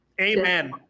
Amen